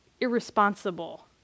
irresponsible